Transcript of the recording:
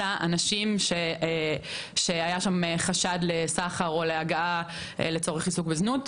אנשים כשהיה חשד לסחר או להגעה לצורך עיסוק בזנות,